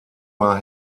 war